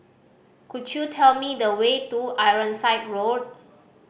could you tell me the way to Ironside Road